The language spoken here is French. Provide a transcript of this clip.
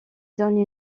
donne